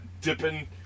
dipping